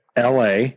LA